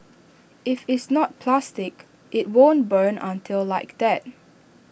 if it's not plastic IT won't burn until like that